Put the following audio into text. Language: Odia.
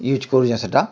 ୟୁଜ୍ କରୁଛେଁ ସେଟା